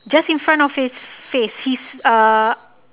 just in front of his face his uh